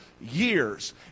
years